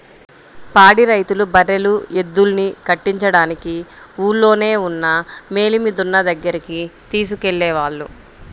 పాడి రైతులు బర్రెలు, ఎద్దుల్ని కట్టించడానికి ఊల్లోనే ఉన్న మేలిమి దున్న దగ్గరికి తీసుకెళ్ళేవాళ్ళు